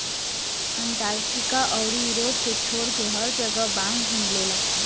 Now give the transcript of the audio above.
Antarctica अउरी Europe के छोड़के हर जगह बांस मिलेला